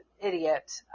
idiot